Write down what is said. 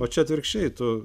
o čia atvirkščiai tu